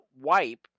wipe